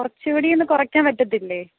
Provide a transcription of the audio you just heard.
കുറച്ച് കൂടിയൊന്ന് കുറയ്ക്കാൻ പറ്റത്തില്ലേ